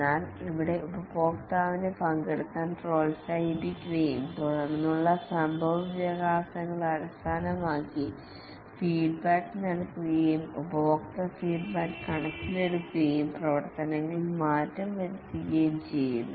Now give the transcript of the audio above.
എന്നാൽ ഇവിടെ ഉപഭോക്താവിനെ പങ്കെടുപ്പിക്കാൻ പ്രോത്സാഹിപ്പിക്കുകയും തുടർന്നുള്ള സംഭവവികാസങ്ങൾ അടിസ്ഥാനമാക്കി ഫീഡ്ബാക്ക് നൽകുകയും ഉപഭോക്തൃ ഫീഡ്ബാക്ക് കണക്കിലെടുക്കുകയും പ്രവർത്തനങ്ങളിൽ മാറ്റം വരുത്തുകയും ചെയ്യുന്നു